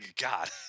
God